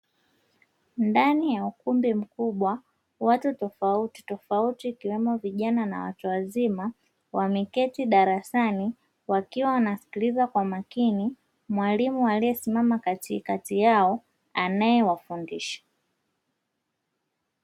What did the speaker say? Ndani ya ukumbi mkubwa, watu tofauti tofauti ikiwemo vijana na watu wazima, wameketi darasani wakiwa wanasikiliza kwa makini, Mwalimu aliyesimama katikati yao anayewafundisha.